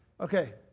Okay